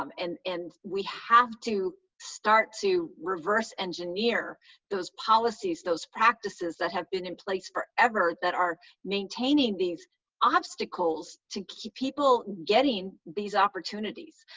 um and and we have to start to reverse engineer those policies, those practices that have been in place forever that are maintaining these obstacles to keep people getting these opportunities.